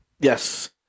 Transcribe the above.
Yes